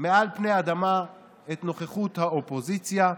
מעל פני האדמה את נוכחות האופוזיציה.